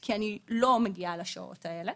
כי אני לא מגיעה לשעות האלה,